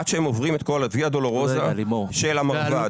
עד שהם עוברים את כל הוויה דולרוזה של המרב"ד.